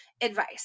Advice